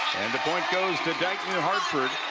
and the point goes to dyke new hartford